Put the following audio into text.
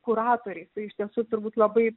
kuratoriais tai iš tiesų turbūt labai